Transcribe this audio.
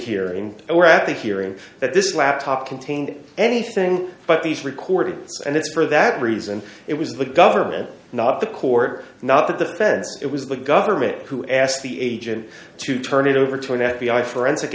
hearing we're actually hearing that this laptop contained anything but these records and it's for that reason it was the government not the court not the fence it was the government who asked the agent to turn it over to an f b i forensic